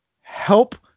help